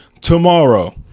Tomorrow